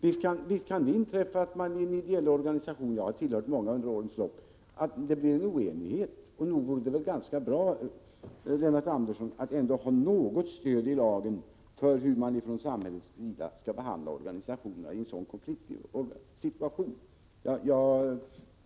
Visst kan det inträffa i ideella organisationer — jag har tillhört många under årens lopp — att oenighet uppstår, och nog vore det väl ganska bra, Lennart Andersson, att ändå ha något stöd i lagen för hur man från samhällets sida skall behandla organisationerna i en sådan konfliktsituation.